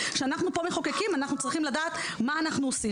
כשאנחנו פה מחוקקים אנחנו צריכים לדעת מה אנחנו עושים.